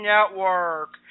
Network